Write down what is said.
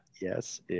Yes